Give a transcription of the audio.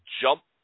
jump